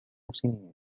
سنين